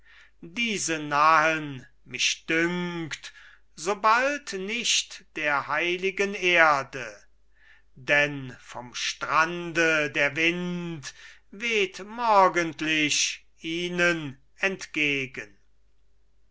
diese nahen mich dünkt so bald nicht der heiligen erde denn vom strande der wind weht morgendlich ihnen entgegen